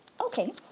Okay